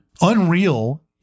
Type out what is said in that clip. Unreal